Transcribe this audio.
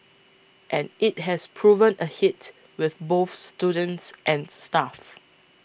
and it has proven a hit with both students and staff